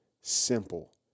Simple